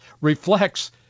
reflects